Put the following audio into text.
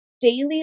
daily